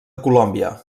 colòmbia